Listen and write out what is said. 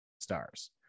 stars